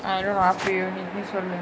I don't know up to you நீயே சொல்லு:neeye sollu